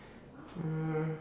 uh